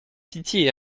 pitié